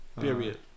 Period